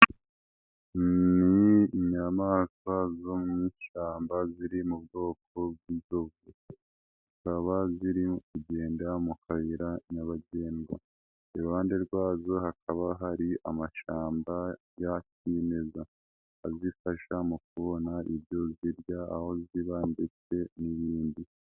Inyamaswa zo mu ishyamba ziri mu bwoko bw'inzovu zikaba ziri kugenda mu kayira nyabagendwa, iruhande rwazo hakaba hari amashamba ya kimeza, azifasha mu kubona ibyo zirya aho ziba ndetse n'ibindi.